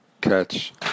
catch